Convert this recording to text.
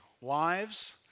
Wives